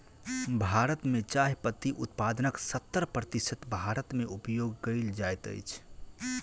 भारत मे चाय पत्ती उत्पादनक सत्तर प्रतिशत भारत मे उपयोग कयल जाइत अछि